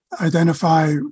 identify